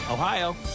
Ohio